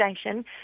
Station